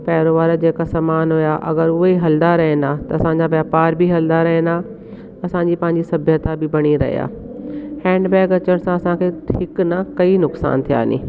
पहिरियों वारा जेका सामान हुआ अगरि उहे हलंदा रहनि आ त असांजा वापार बि हलंदा रहनि आ असांजी पंहिंजी सभ्यता बि ॿणी रहे आहे हैंडबैग अचण सां असांखे हिक ना कई नुक़सान थिया नी